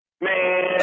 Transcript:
Man